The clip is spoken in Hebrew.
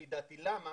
למה?